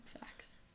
Facts